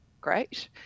great